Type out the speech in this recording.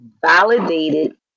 validated